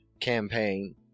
campaign